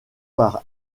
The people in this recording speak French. par